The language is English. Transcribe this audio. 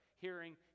hearing